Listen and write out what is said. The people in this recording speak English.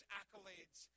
accolades